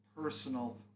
personal